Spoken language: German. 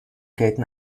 gelten